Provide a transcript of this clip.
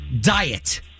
diet